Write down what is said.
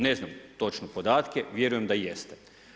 Ne znam točno podatke, vjerujem da jeste.